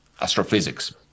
astrophysics